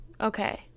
okay